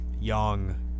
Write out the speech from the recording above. young